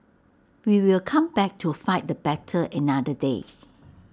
we will come back to fight the battle another day